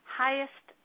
highest